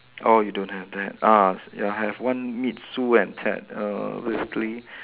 oh you don't have that ah ya have one meet Sue and Ted err basically